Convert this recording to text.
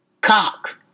cock